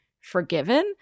forgiven